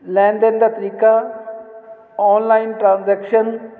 ਲੈਣ ਦੇਣ ਦਾ ਤਰੀਕਾ ਆਨਲਾਈਨ ਟ੍ਰਾਂਜੈਕਸ਼ਨ